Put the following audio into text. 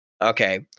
Okay